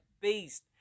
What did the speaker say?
beast